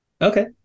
Okay